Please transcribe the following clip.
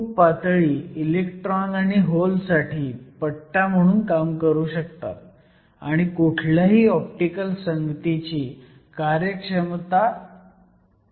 खूप पातळी इलेक्ट्रॉन आणि हॉल साठी पट्टा म्हणून काम करू शकतात आणि कुठल्याही ऑप्टिकल संगतीची कार्यक्षमता कमी करू शकते